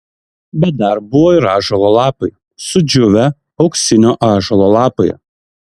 bet dar buvo ir ąžuolo lapai sudžiūvę auksinio ąžuolo lapai